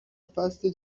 فصل